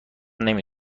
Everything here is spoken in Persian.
نمی